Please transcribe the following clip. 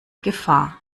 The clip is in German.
gefahr